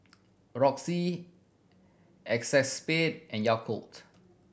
Roxy Acexspade and Yakult